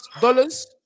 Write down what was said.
dollars